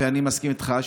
ואני מסכים איתך,